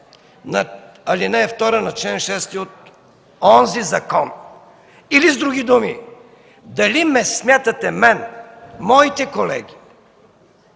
на ал. 2 на чл. 6 от онзи закон, или с други думи, дали ме смятате мен, моите колеги